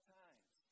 times